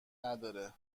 نداره